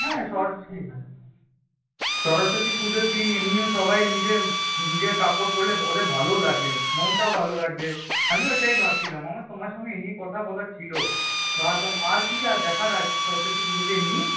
হ্যাঁ সরস্বতী সরস্বতী পুজোর দিন এমনিও সবাই নিজের নিজের কাপড় পরলে ওদের ভালোও লাগবে মনটাও ভালো লাগবে আমিও ওইটাই ভাবছিলাম আমার তোমার সঙ্গে এই নিয়ে কথা বলার ছিল ভাবলাম আর কি দেখার আছে সরস্বতী পুজোতে এমনি